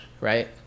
right